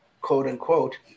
quote-unquote